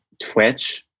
Twitch